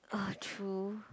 ah true